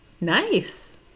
Nice